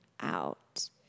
out